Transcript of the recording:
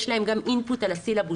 יש להם גם אינפוט על הסילבוס,